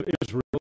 Israel